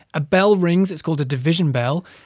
a bell rings. it's called a division bell.